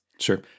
Sure